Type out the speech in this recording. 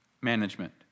management